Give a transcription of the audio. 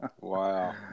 Wow